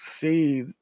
see